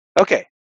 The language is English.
Okay